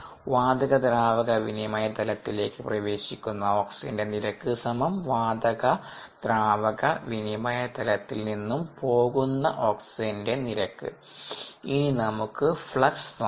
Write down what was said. വാതക ദ്രാവക വിനിമയതലത്തിലേക്ക് പ്രവേശിക്കുന്ന ഓക്സിജന്റെ നിരക്ക് വാതക ദ്രാവക വിനിമയതലത്തിൽ നിന്നും പോകുന്ന ഓക്സിജൻറെ നിരക്ക് ഇനി നമുക്ക് ഫ്ലക്സ് നോക്കാം